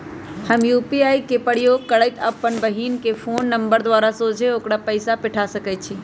हम यू.पी.आई के प्रयोग करइते अप्पन बहिन के फ़ोन नंबर द्वारा सोझे ओकरा पइसा पेठा सकैछी